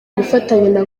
gufatanya